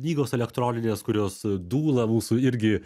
knygos elektroninės kurios dūla mūsų irgi